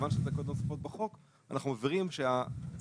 כיוון שזכאויות נוספות בחוק אנחנו מבהירים שסגירת